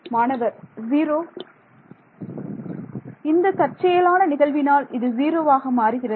மாணவர் ஜீரோ இந்த தற்செயலான நிகழ்வினால் இது ஜீரோவாக மாறுகிறது